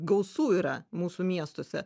gausu yra mūsų miestuose